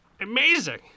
Amazing